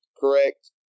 correct